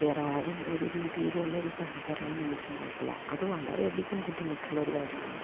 വേറാരും ഒരു രീതിയിലുള്ളൊരു സഹകരണം എനിക്ക് ഉണ്ടായിട്ടില്ല അത് വളരെ അധികം ബുദ്ധിമുട്ടുള്ളൊരു കാര്യമാണ്